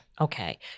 okay